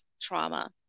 trauma